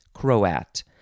Croat